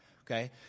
Okay